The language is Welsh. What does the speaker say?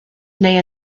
neu